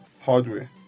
hardware